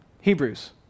Hebrews